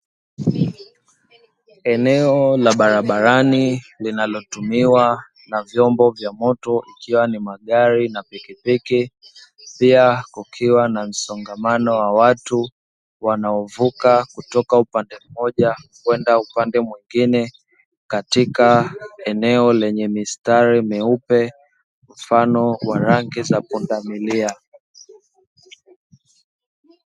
Eneo la barabarani linalotumiwa na vyombo vya moto ikiwa ni magari na pikipiki pia kukiwa na msongamano wa watu wanaovuka kutoka upande mmoja kwenda upande mwingine katika eneo lenye mistari myeupe mfano wa rangi za pundamilia.